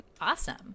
Awesome